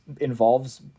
involves